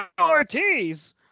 Ortiz